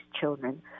children